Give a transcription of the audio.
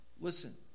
Listen